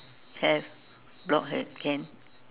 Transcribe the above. have blockhead can